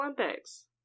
Olympics